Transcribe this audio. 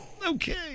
Okay